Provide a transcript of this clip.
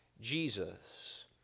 Jesus